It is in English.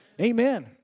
Amen